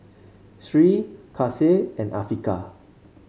Sri Kasih and Afiqah